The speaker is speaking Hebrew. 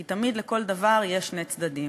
כי תמיד לכל דבר יש שני צדדים,